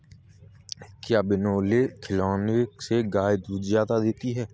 क्या बिनोले खिलाने से गाय दूध ज्यादा देती है?